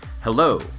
Hello